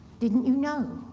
didn't you know?